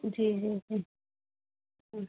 जी जी जी हाँ